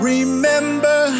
Remember